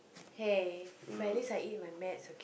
hey but at least I eat my meds okay